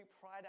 pride